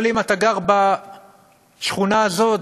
אבל אם אתה גר בשכונה הזאת,